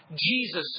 Jesus